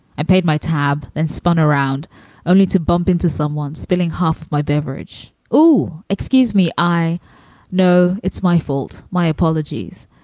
i paid my tab, then spun around only to bump into someone spilling half my beverage. oh, excuse me. i know it's my fault. my apologies.